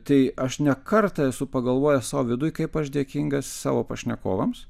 tai aš ne kartą esu pagalvojęs o viduj kaip aš dėkingas savo pašnekovams